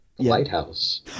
lighthouse